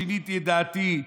שיניתי את דעתי,